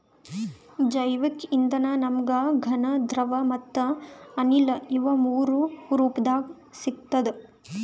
ಜೈವಿಕ್ ಇಂಧನ ನಮ್ಗ್ ಘನ ದ್ರವ ಮತ್ತ್ ಅನಿಲ ಇವ್ ಮೂರೂ ರೂಪದಾಗ್ ಸಿಗ್ತದ್